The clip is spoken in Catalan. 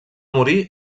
morir